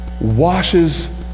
washes